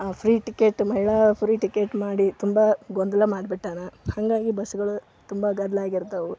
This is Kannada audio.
ಆ ಫ್ರೀ ಟಿಕೆಟ್ ಮಹಿಳಾ ಫ್ರೀ ಟಿಕೆಟ್ ಮಾಡಿ ತುಂಬ ಗೊಂದಲ ಮಾಡಿ ಬಿಟ್ಟಾನ ಹಾಗಾಗಿ ಬಸ್ಸುಗಳು ತುಂಬ ಗದ್ದಲ ಆಗಿರ್ತವೆ